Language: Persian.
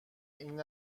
این